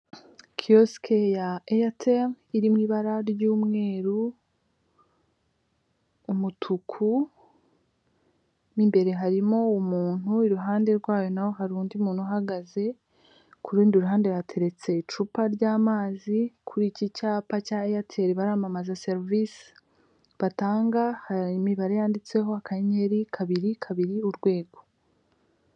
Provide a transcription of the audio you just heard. Kioske ya Airtel iri mu ibara ry'umweru, umutuku mo imbere harimo umuntu i ruhande rwayo naho hari undi muntu uhagaze ku rundi ruhande hateretse icupa ry'amazi kuri icyi cyapa cya Airtel baramamaza service batanga hari imibare yanditseho akanyenyeri kabiri kabiri urwego.